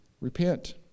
repent